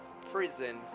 prison